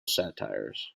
satires